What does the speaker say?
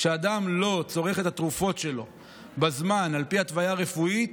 כשאדם לא צורך את התרופות שלו בזמן על פי התוויה רפואית,